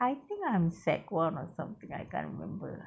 I think I'm sec one or something I can't remember